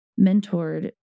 mentored